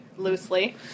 loosely